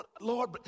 Lord